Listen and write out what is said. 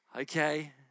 Okay